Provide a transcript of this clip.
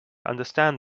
understand